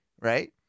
right